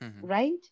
right